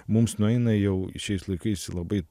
mums nueina jau šiais laikais į labai